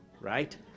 right